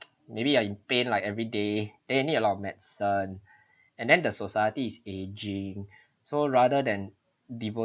maybe you're in pain like every day then you need a lot of medicine and then the society is aging so rather than